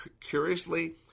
Curiously